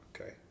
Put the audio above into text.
okay